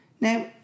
Now